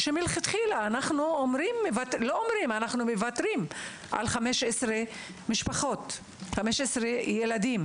מלכתחילה אנחנו מוותרים על 15 משפחות ועל 15 ילדים